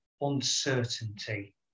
uncertainty